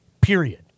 period